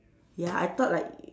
ya I thought like